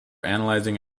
analyzing